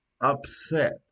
upset